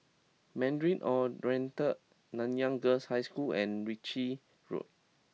Mandarin Oriental Nanyang Girls' High School and Ritchie Road